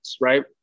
right